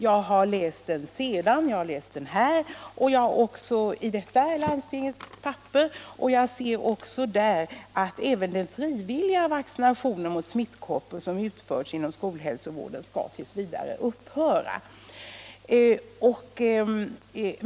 Jag har läst den sedan, och jag ser också i landstingets papper att den frivilliga vaccinationen mot smittkoppor som utförts inom skolhälsovården tills vidare skall upphöra.